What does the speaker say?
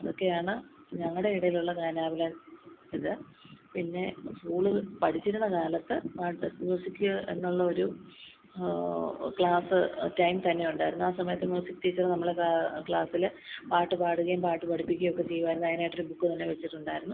ഇതൊക്കെയാണ് ഞങ്ങളുടെ ഇടയിലുള്ള ഗാനാപ്ല ഇത് പിന്നെ സ്കൂളിൽ പഠിച്ചിരുന്ന കാലത്ത് പാട്ട് മ്യൂസിക്ക് എന്നുള്ള ഒരു ക്ലാസ് ടൈം തന്നെ ഉണ്ടായിരുന്നു ആ സമയത്ത് മ്യൂസിക്ക് ടീച്ചര് നമ്മളെ ക്ലാ ക്ലാസ്സില് പാട്ട് പാടുകയും പാട്ട് പഠിപ്പിക്കുകയും ഒക്കെ ചെയ്യുമായിരുന്നു അതിനായിട്ടൊരു ബുക്ക് തന്നെ വച്ചിട്ടുണ്ടായിരുന്നു